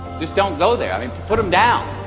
just don't go there. i mean put them down